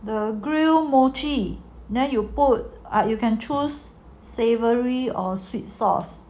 the grilled mochi then you put or you can choose savoury or sweet sauce